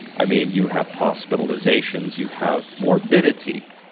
i mean, you have hospitalizations, you have morbidity,